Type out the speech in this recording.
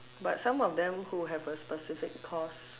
but some of them who have a specific course